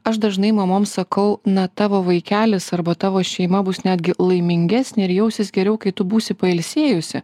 aš dažnai mamom sakau na tavo vaikelis arba tavo šeima bus netgi laimingesnė ir jausis geriau kai tu būsi pailsėjusi